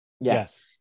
Yes